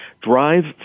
Drive